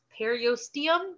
Periosteum